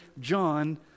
john